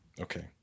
Okay